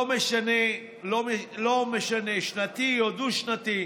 לא משנה אם שנתי או דו-שנתי,